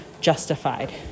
justified